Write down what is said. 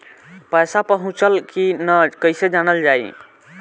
पैसा पहुचल की न कैसे जानल जाइ?